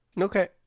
Okay